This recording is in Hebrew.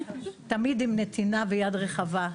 תמיד עם נתינה ביד רחבה,